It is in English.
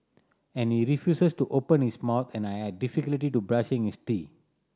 and he refuses to open his mouth and I had to brushing his teeth